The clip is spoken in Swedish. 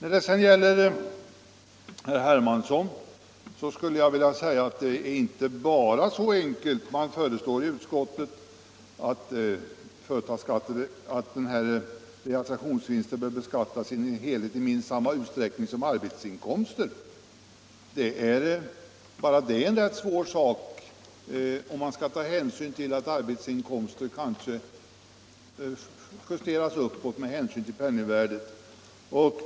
Vad sedan gäller det som herr Hermansson anförde vill jag säga att det inte är så enkelt att man bara föreslår i utskottet att realisationsvinsten skall beskattas i minst samma utsträckning som arbetsinkomster. Bara det är en rätt svår sak att beräkna, om man skall ta hänsyn till att arbetsinkomsterna kanske justeras uppåt på grund av penningvärdets ändring.